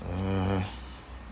uh